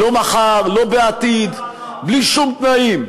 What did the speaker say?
לא מחר, לא בעתיד, בלי שום תנאים.